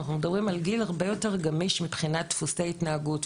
אנחנו מדברים על גיל הרבה יותר גמיש מבחינת דפוסי התנהגות,